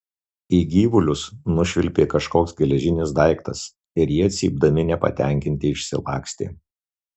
į gyvulius nušvilpė kažkoks geležinis daiktas ir jie cypdami nepatenkinti išsilakstė